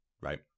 Right